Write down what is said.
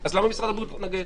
אז למה משרד הבריאות מתנגד?